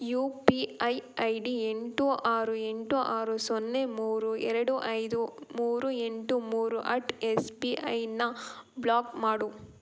you P I I D ಎಂಟು ಆರು ಎಂಟು ಆರು ಸೊನ್ನೆ ಮೂರು ಎರಡು ಐದು ಮೂರು ಎಂಟು ಮೂರು ಅಟ್ ಎಸ್ ಬಿ ಐನ ಬ್ಲಾಕ್ ಮಾಡು